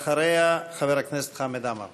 ואחריה, חבר הכנסת חמד עמאר.